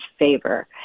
favor